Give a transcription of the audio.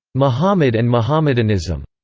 mohammed and mohammedanism.